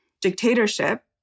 dictatorship